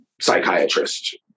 psychiatrist